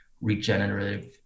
regenerative